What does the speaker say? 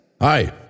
Hi